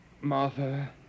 Martha